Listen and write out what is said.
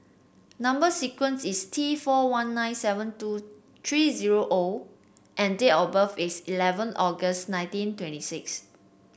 number sequence is T four one nine seven two three zero O and date of birth is eleven August nineteen twenty six